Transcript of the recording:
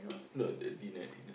no the D netting